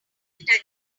dungeon